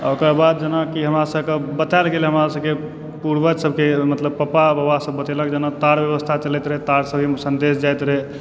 आ ओकरा बाद जेनाकि हमरा सबके बतायल गेलै हमरा सबके पूर्वज सबके मतलब पापा बाबा सब बतेलक जेना तार व्यवस्था चलैत रहै तार सऽ भी सन्देश जायत रहै